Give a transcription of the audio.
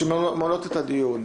-- שמונעות את הדיון.